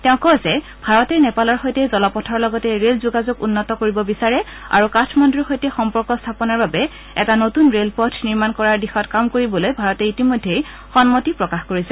তেওঁ কয় যে ভাৰতে নেপালৰ সৈতে জলপথৰ লগতে ৰেল যোগাযোগ উন্নত কৰিব বিচাৰে আৰু কাঠমাণ্ডুৰ সৈতে সম্পৰ্ক স্থাপনৰ বাবে এটা নতুন ৰে'লপথ নিৰ্মাণ কৰাৰ দিশত কাম কৰিবলৈ ভাৰতে ইতিমধ্যে সন্মতি প্ৰকাশ কৰিছে